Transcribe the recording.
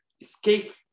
escape